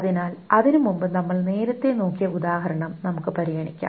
അതിനാൽ അതിനുമുമ്പ് നമ്മൾ നേരത്തെ നോക്കിയ ഉദാഹരണം നമുക്ക് പരിഗണിക്കാം